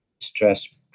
stress